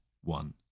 one